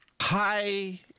high